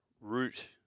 root